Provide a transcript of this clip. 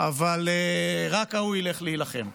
אבל רק ההוא ילך להילחם".